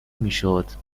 میشد